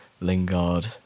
Lingard